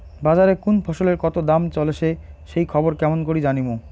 বাজারে কুন ফসলের কতো দাম চলেসে সেই খবর কেমন করি জানীমু?